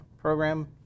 program